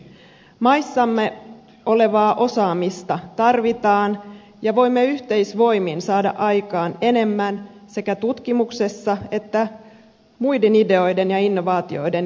maissamme olevaa osaamista tarvitaan ja voimme yhteisvoimin saada aikaan enemmän sekä tutkimuksessa että muiden ideoiden ja innovaatioiden kehittämisessä